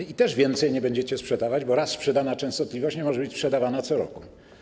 I też więcej nie będziecie sprzedawać, bo raz sprzedana częstotliwość nie może być sprzedawana co roku.